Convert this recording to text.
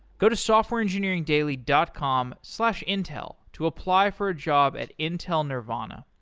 go to softwareengineeringdaily dot com slash intel to apply for a job at intel nervana.